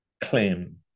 claim